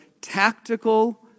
tactical